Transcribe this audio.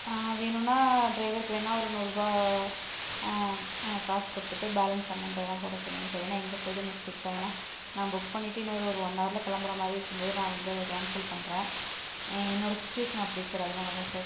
வேணும்னா டிரைவருக்கு வேணுனா ஒரு நூறுபாய் காசு கொடுத்துட்டு பேலன்ஸ் அமௌண்ட் வேணுனா போட சொல்லுங்க சார் ஏன்னா எங்கள் சைடும் மிஸ்டேக் தான் ஏன்னா நான் புக் பண்ணிட்டு இன்னோரு ஒரு ஒன்னவர்ல கிளம்புற மாதிரி இருக்கும்போது நான் வந்து அதை கேன்சல் பண்ணுறன் என்னோட சுச்வேஷன் அப்படி சார் அதனாலதான் சார்